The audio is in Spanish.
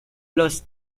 los